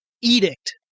edict